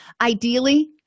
Ideally